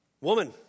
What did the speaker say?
Woman